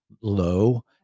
low